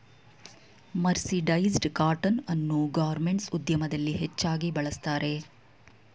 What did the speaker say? mercerised cotton ಅನ್ನು garments ಉದ್ಯಮದಲ್ಲಿ ಹೆಚ್ಚಾಗಿ ಬಳ್ಸತ್ತರೆ